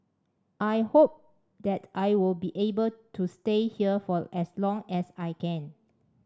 I hope that I will be able to stay here for as long as I can